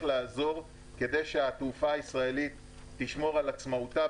לעזור כדי שהתעופה הישראלית תשמור על עצמאותה,